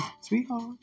sweetheart